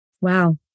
Wow